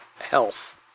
health